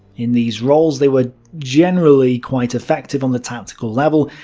in these roles, they were generally quite effective on the tactical level,